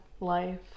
life